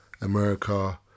America